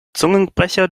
zungenbrecher